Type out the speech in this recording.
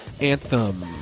Anthem